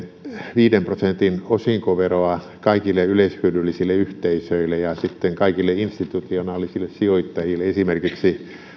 viiden prosentin osinkoveroa kaikille yleishyödyllisille yhteisöille ja sitten kaikille institutionaalisille sijoittajille esimerkiksi